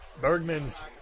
Bergman's